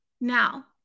Now